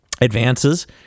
Advances